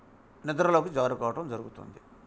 నిద్రలోకి జారుకోవడం జరుగుతుంది